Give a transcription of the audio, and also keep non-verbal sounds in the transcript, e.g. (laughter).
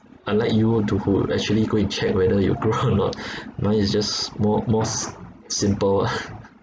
unlike you want to hold actually go and check whether it'll grow or not mine is just more more s~ simple lah (laughs)